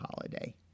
holiday